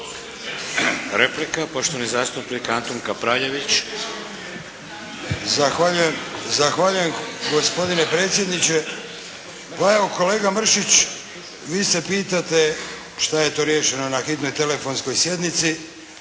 Replika, poštovani zastupnik Antun Kapraljević. **Kapraljević, Antun (HNS)** Zahvaljujem gospodine predsjedniče. Pa evo kolega Mršić vi se pitate šta je to riješeno na hitnoj telefonskoj sjednici.